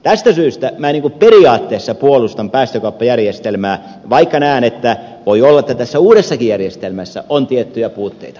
tästä syystä minä niin kuin periaatteessa puolustan päästökauppajärjestelmää vaikka näen että voi olla että tässä uudessakin järjestelmässä on tiettyjä puutteita